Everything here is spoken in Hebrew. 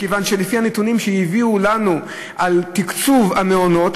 מכיוון שלפי הנתונים שהביאו לנו על תקצוב המעונות,